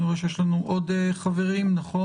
אני רואה שיש לנו עוד חברים מהשב"ס.